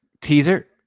Teaser